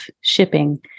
shipping